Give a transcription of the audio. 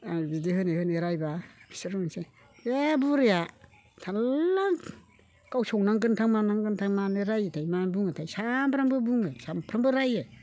आं बिदि होनै होनै रायोबा बिसोरो बुंसै बे बुरिया थारला गाव संनांगोनथां मानांगोनथां मानो रायोथाय मानो बुङोथाय सानफ्रोमबो बुङो सानफ्रोमबो रायो